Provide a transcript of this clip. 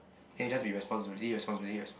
then it'll just be responsibility responsibility respon~